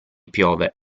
piove